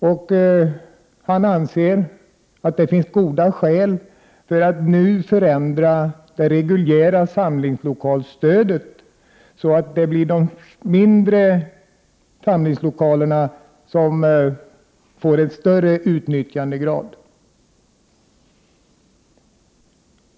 Bostadsministern anser att det finns goda skäl för att nu förändra det reguljära samlingslokalsstödet så att det blir de mindre samlingslokalerna som får en större utnyttjandegrad.